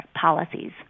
policies